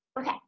Okay